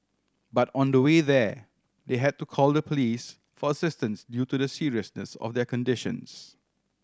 but on the way there they had to call the police for assistance due to the seriousness of their conditions